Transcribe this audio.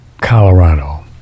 Colorado